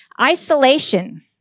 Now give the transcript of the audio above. Isolation